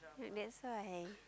that's why